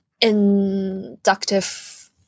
inductive